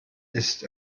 ist